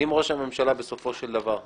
אם ראש הממשלה בסופו של דבר יחליט,